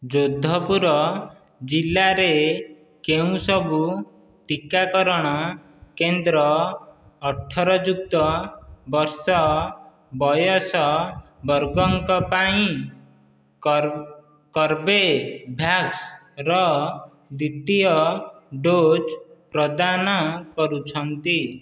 ଯୋଦ୍ଧପୁର ଜିଲ୍ଲାରେ କେଉଁ ସବୁ ଟିକାକରଣ କେନ୍ଦ୍ର ଅଠରଯୁକ୍ତ ବର୍ଷ ବୟସ ବର୍ଗଙ୍କ ପାଇଁ କର୍ବେ ଭ୍ୟାକ୍ସର ଦ୍ୱିତୀୟ ଡୋଜ୍ ପ୍ରଦାନ କରୁଛନ୍ତି